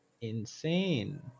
insane